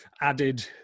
added